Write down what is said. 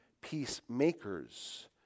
peacemakers